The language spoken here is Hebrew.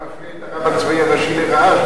למה אתה מפלה את הרב הצבאי הראשי לרעה?